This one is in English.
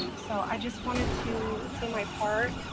so i just wanted to say my part.